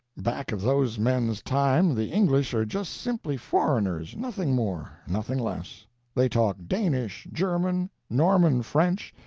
back of those men's time the english are just simply foreigners, nothing more, nothing less they talk danish, german, norman french,